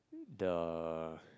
the